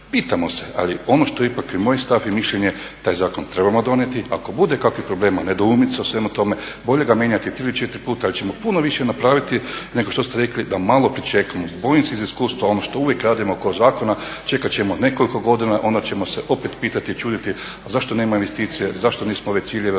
Pitamo se, ali ono što ipak je moj stav i mišljenje, taj zakon trebamo donijeti, ako bude kakvih problema, nedoumica u svemu tome, bolje ga mijenjati tri ili četiri puta jer ćemo puno više napraviti nego što ste rekli da malo pričekamo. Bojim se iz iskustva ono što uvijek radimo oko zakona čekat ćemo nekoliko godina onda ćemo se opet pitati i čuditi, a zašto nema investicije, zašto nismo ove ciljeve